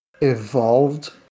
evolved